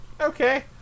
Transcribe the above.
Okay